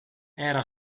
era